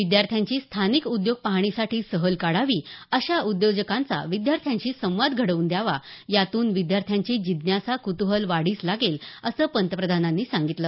विद्यार्थ्यांची स्थानिक उद्योग पाहणीसाठी सहल काढावी अशा उद्योजकांचा विद्यार्थ्यांशी संवाद घडवून द्यावा यातून विद्यार्थ्यांची जिज्ञासा कुतुहल वाढीस लागेल असं पंतप्रधानांनी सांगितलं